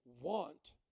want